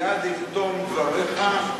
מייד עם תום דבריך,